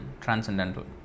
Transcendental